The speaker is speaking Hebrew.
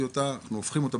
אנחנו הופכים אותה,